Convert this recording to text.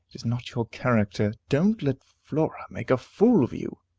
it is not your character. don't let flora make a fool of you.